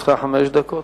לרשותך חמש דקות.